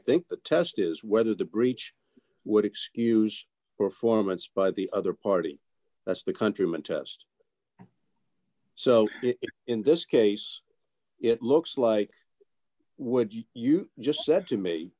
think the test is whether the breach would excuse performance by the other party that's the countryman test so in this case it looks like what you just said to me